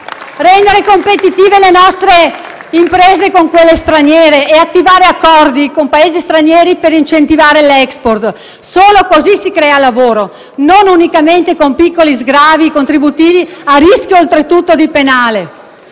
rendere competitive le nostre imprese con quelle straniere, attivare accordi con i Paesi stranieri per incrementare l'*export.* Solo così si crea lavoro, non solo con piccoli sgravi contributivi, oltretutto a rischio penale.